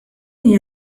hija